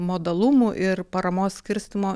modalumų ir paramos skirstymo